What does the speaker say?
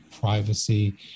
privacy